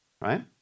right